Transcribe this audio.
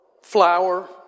flour